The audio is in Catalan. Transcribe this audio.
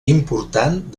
important